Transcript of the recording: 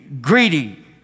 greedy